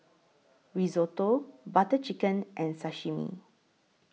Risotto Butter Chicken and Sashimi